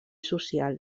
social